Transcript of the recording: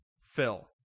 Phil